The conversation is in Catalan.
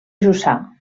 jussà